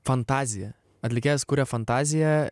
fantaziją atlikėjas kuria fantaziją